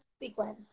sequence